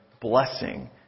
blessing